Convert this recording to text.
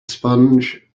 sponge